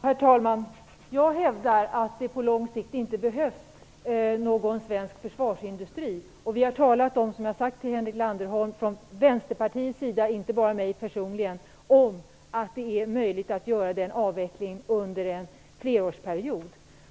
Herr talman! Jag hävdar att det på lång sikt inte behövs någon svensk försvarsindustri. Som jag har sagt till Henrik Landerholm har vi från Vänsterpartiets sida - inte bara jag personligen - talat om att det är möjligt att göra den avvecklingen under en flerårsperiod.